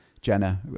Jenna